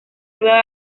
rueda